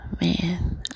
Man